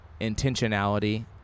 intentionality